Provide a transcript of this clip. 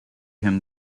him